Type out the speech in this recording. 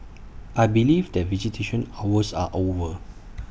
I believe that visitation hours are over